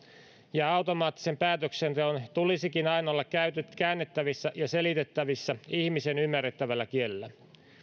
ja automaattisen päätöksenteon tulisikin aina olla käännettävissä ja selitettävissä ihmisen ymmärrettävällä kielellä